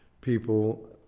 people